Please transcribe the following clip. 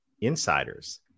insiders